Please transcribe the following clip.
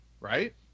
right